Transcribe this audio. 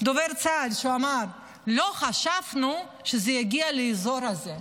את דובר צה"ל, שאמר: לא חשבנו שזה יגיע לאזור הזה.